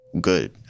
good